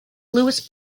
louis